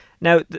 Now